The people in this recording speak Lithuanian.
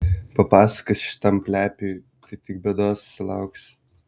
papasakosi šitam plepiui tai tik bėdos sulauksi